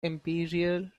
imperial